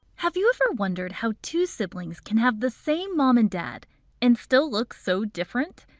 have you ever wondered how two siblings can have the same mom and dad and still look so different?